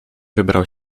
wybrał